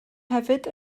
hefyd